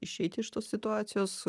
išeiti iš tos situacijos